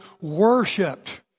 worshipped